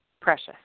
precious